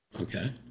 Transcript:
Okay